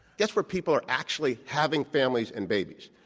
guess where people are actually having families and babies,